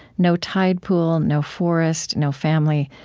no tide pool, no forest, no family,